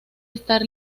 estar